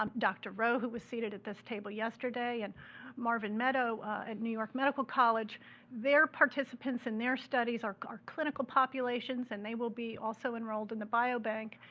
um dr. row who was seated at this table yesterday, and marvin medow at new york medical college their participants and their studies are are clinical populations, and they will be also enrolled in the biobank.